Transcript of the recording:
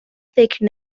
فکر